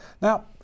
Now